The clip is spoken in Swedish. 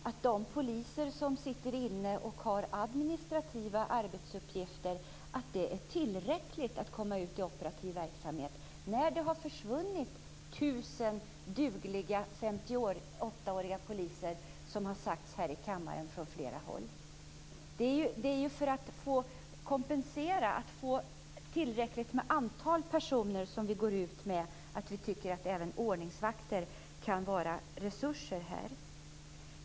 Fru talman! Tror Kia Andreasson att det räcker med att de poliser som har administrativa arbetsuppgifter kommer ut i operativ verksamhet? Det har ju försvunnit 1 000 dugliga 58-åriga poliser, vilket har sagts här i kammaren från flera håll. Det är ju för att det skall bli ett tillräckligt antal personer som vi går ut och säger att även ordningsvakter kan vara resurser.